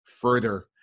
further